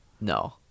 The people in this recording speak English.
No